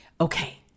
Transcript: okay